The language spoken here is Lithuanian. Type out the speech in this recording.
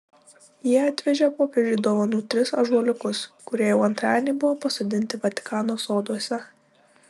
jie atvežė popiežiui dovanų tris ąžuoliukus kurie jau antradienį buvo pasodinti vatikano soduose